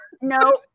no